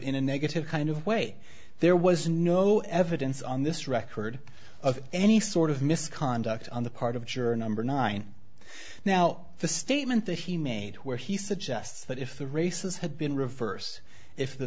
in a negative kind of way there was no evidence on this record of any sort of misconduct on the part of juror number nine now the statement that he made where he suggests that if the races had been reverse if the